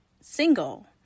single